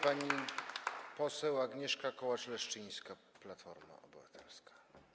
Pani poseł Agnieszka Kołacz-Leszczyńska, Platforma Obywatelska.